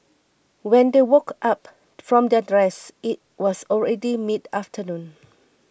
when they woke up from their rest it was already midafternoon